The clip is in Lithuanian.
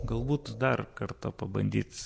galbūt dar kartą pabandyt